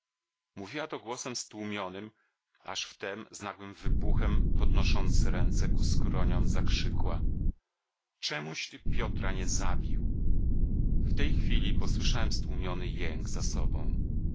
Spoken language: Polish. mówiła to głosem stłumionym aż wtem z nagłym wybuchem podnosząc ręce ku skroniom zakrzykła czemuś ty piotra nie zabił w tej chwili posłyszałem stłumiony jęk za sobą